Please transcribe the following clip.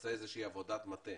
לבצע עבודת מטה